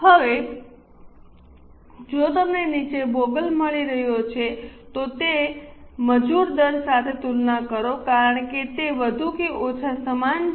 હવે જો તમને નીચે બોગલ મળી રહ્યો છે તો તેને મજૂર દર સાથે તુલના કરો કારણ કે તે વધુ કે ઓછા સમાન છે